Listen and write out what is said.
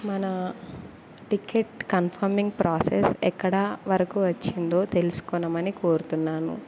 మన ticket confirming process ఎక్కడా వరకు వచ్చిందో తెలుసుకొనమని కోరుతున్నాను